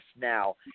now